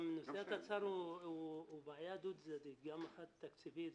גם נושא התצ"ר הוא בעיה דו-צדדית גם מבחינה תקציבית,